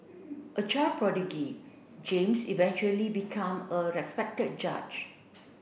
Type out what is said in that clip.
a child prodigy James eventually become a respected judge